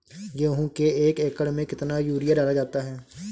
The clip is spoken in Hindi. गेहूँ के एक एकड़ में कितना यूरिया डाला जाता है?